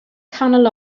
canol